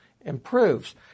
improves